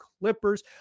Clippers